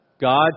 God